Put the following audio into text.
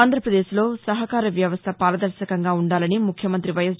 ఆంధ్రప్రదేశ్లో సహకార వ్యవస్థ పారదర్శకంగా ఉందాలని ముఖ్యమంతి వైఎస్